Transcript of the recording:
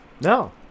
No